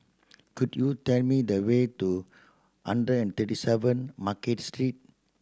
could you tell me the way to hundred and thirty seven Market Street